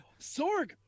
Sorg